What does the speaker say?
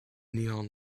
neon